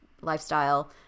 lifestyle